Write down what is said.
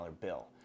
bill